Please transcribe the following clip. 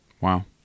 Wow